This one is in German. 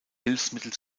hilfsmittel